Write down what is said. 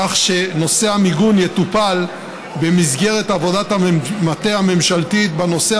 כך שנושא המיגון יטופל במסגרת עבודת המטה הממשלתית בנושא,